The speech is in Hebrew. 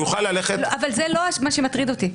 זה לא מה שמטריד אותי.